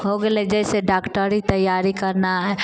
हो गेलै जैसे डॉक्टरी तैयारी करना है